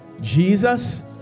Jesus